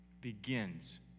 begins